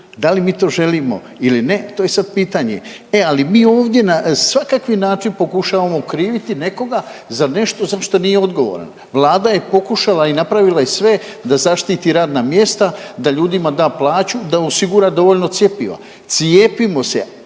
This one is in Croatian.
da li mi to želimo ili ne to je sad pitanje. E, ali mi ovdje na svakakvi način pokušavamo okriviti nekoga za nešto za što nije odgovoran. Vlada je pokušala i napravila je sve da zaštiti radna mjesta, da ljudima da plaću, da osigura dovoljno cjepiva. Cijepimo se.